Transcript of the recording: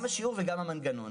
גם השיעור וגם המנגנון.